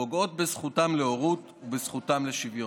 פוגעות בזכותם להורות ובזכותם לשוויון.